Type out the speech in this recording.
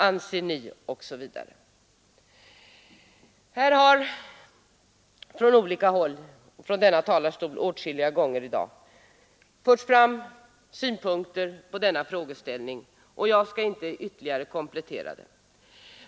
Anser ni ———” osv. Från denna talarstol har åtskilliga gånger i dag förts fram synpunkter på denna frågeställning, och jag skall inte ytterligare komplettera dem.